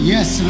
Yes